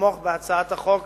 לתמוך בהצעת החוק